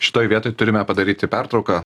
šitoj vietoj turime padaryti pertrauką